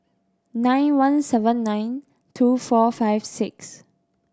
nine one seven nine two four five six